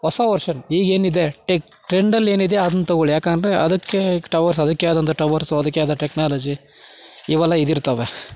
ಹೊಸ ವರ್ಷನ್ ಈಗ ಏನಿದೆ ಟ್ರೆಂಡಲ್ಲಿ ಏನಿದೆ ಅದ್ನ ತಗೊಳ್ಳಿ ಯಾಕಂದರೆ ಅದಕ್ಕೆ ಟವರ್ಸ್ ಅದಕ್ಕೇ ಆದಂಥ ಟವರ್ಸು ಅದಕ್ಕೇ ಆದ ಟೆಕ್ನಾಲಜಿ ಇವೆಲ್ಲ ಇದಿರ್ತವೆ